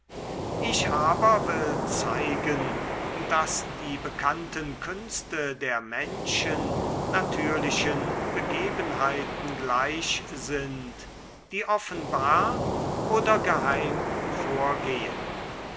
ich aber will zeigen daß die bekannten künste der menschen natürlichen begebenheiten gleich sind die offenbar oder geheim vorgehen